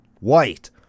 white